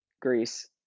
Greece